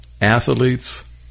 athletes